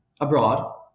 abroad